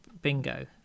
bingo